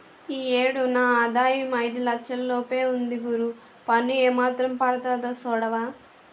ఈ ఏడు నా ఆదాయం ఐదు లచ్చల లోపే ఉంది గురూ పన్ను ఏమాత్రం పడతాదో సూడవా